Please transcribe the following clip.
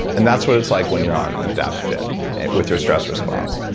and that's what it's like when you're on an adaptagen with your stress response.